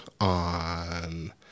on